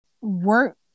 work